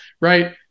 right